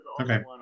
okay